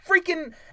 freaking